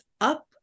up